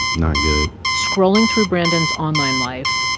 not good scrolling through brandon's online life,